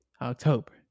October